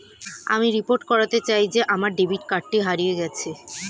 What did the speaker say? আমি রিপোর্ট করতে চাই যে আমার ডেবিট কার্ডটি হারিয়ে গেছে